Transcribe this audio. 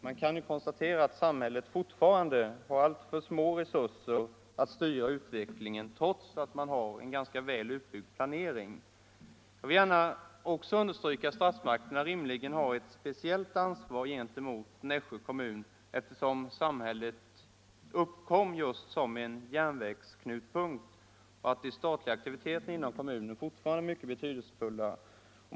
Man kan konstatera att samhället fortfarande har alltför små resurser — Nr 87 att styra utvecklingen trots ganska väl utbyggd planering. Torsdagen den Jag vill också understryka att statsmakterna rimligen har ett speciellt 22 maj 1975 ansvar gentemot Nässjö kommun, eftersom samhället i hög grad växte = Lo upp som järnvägsknutpunkt och eftersom de statliga aktiviteterna i kom Om antropologisk munen fortfarande är mycket betydelsefulla.